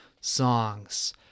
songs